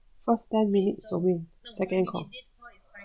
what's ten minutes for me second call